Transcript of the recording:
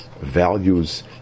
values